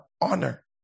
honor